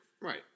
Right